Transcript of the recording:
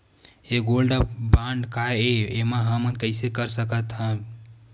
ये gold bond काय ए एमा हमन कइसे कर सकत हव?